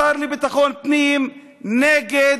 השר לביטחון פנים נגד